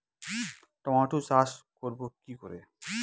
Tomato চাষ করব কি করে?